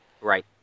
Right